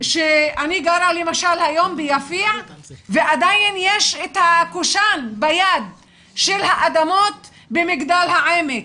שאני גרה למשל היום ביפיע ועדיין יש את הקושן ביד של האדמות במגדל העמק,